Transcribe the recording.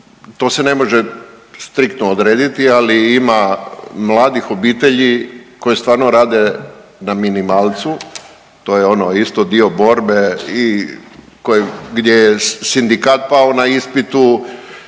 to se ne može striktno odrediti, ali ima mladih obitelji koje stvarno rade na minimalcu, to je ono isto dio borbe i gdje je sindikat pao na ispitu